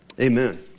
Amen